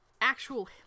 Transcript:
actual